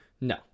No